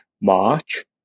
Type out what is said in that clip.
March